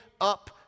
up